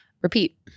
repeat